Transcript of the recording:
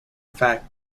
fact